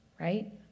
right